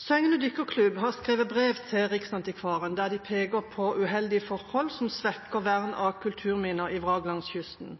«Søgne Dykkerklubb har skrevet brev til Riksantikvaren der de peker på uheldige forhold som svekker vern av kulturminner i